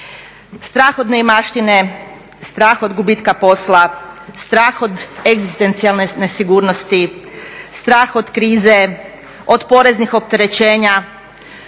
strah od neimaštine, strah od gubitka posla, strah od egzistencijalne nesigurnosti, strah od krize, od poreznih opterećenja,